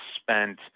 spent